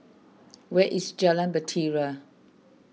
where is Jalan Bahtera